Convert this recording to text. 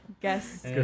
guess